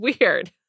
weird